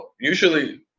Usually